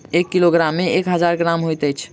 एक किलोग्राम मे एक हजार ग्राम होइत अछि